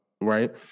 right